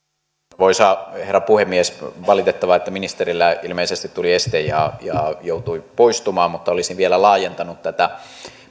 arvoisa herra puhemies on valitettavaa että ministerillä ilmeisesti tuli este ja hän joutui poistumaan olisin vielä laajentanut tämän